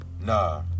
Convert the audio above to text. Nah